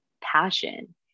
passion